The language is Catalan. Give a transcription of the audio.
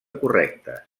correctes